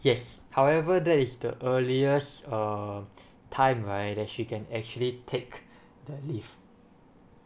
yes however that is the earliest um time right that she can actually take the leave